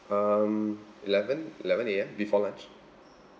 um eleven eleven A_M before lunch